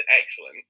excellent